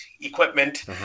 equipment